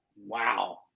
wow